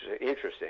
interesting